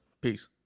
Peace